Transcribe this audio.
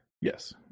Yes